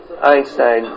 Einstein